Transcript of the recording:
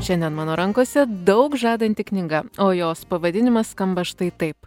šiandien mano rankose daug žadanti knyga o jos pavadinimas skamba štai taip